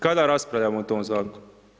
Kada raspravljamo o tom zakonu?